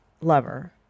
lover